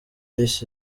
this